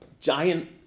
giant